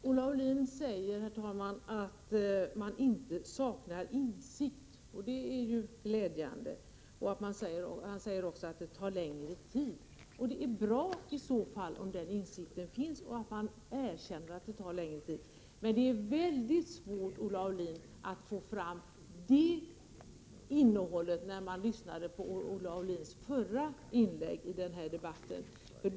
Herr talman! Olle Aulin säger att man inte saknar insikt, och det är ju glädjande. Han säger också att det tar längre tid att nå målet. Det är ju bra om denna insikt finns och att Olle Aulin erkänner att det tar längre tid, men det var väldigt svårt att få fram detta innehåll, när man lyssnade på Olle Aulins första inlägg i den här debatten.